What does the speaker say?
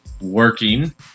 working